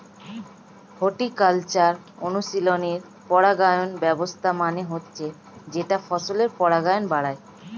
horticultural অনুশীলনে পরাগায়ন ব্যবস্থা মানে হচ্ছে যেটা ফসলের পরাগায়ন বাড়ায়